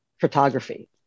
photography